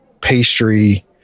pastry